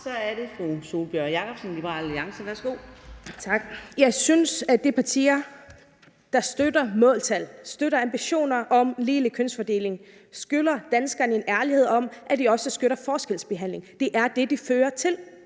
Så er det fru Sólbjørg Jakobsen, Liberal Alliance. Værsgo. Kl. 16:02 Sólbjørg Jakobsen (LA): Tak. Jeg synes, at de partier, der støtter måltal og støtter ambitioner om ligelig kønslig fordeling, skylder danskerne en ærlighed om, at de også støtter forskelsbehandling – det er det, det fører til.